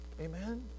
amen